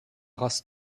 race